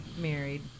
married